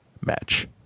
match